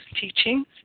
teachings